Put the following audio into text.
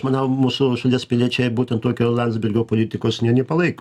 manau mūsų šalies piliečiai būtent tokio landsbergio politikos nie nepalaiko